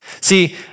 See